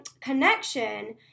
Connection